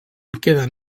queden